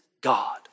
God